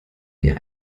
wir